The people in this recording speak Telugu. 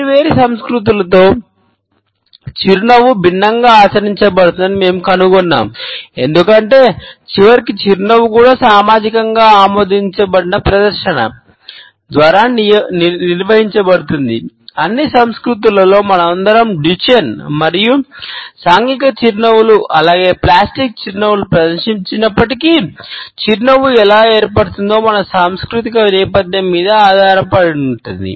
వేర్వేరు సంస్కృతులలో చిరునవ్వు భిన్నంగా ఆచరించబడుతుందని మేము కనుగొన్నాము ఎందుకంటే చివరికి చిరునవ్వు కూడా సామాజికంగా ఆమోదించబడిన ప్రదర్శన నియమాల చిరునవ్వులను ప్రదర్శించినప్పటికీ చిరునవ్వు ఎలా ఏర్పడుతుందో మన సాంస్కృతిక నేపథ్యం మీద ఆధారపడి ఉంటుంది